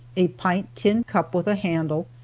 a pint tin cup with a handle,